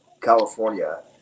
California